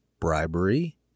bribery